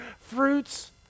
fruits